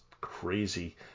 crazy